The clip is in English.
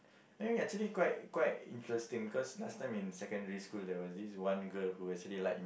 I mean actually quite quite interesting because last time in secondary school there was this one girl who actually like